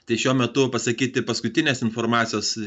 tai šiuo metu pasakyti paskutinės informacijos